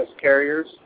Carriers